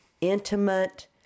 intimate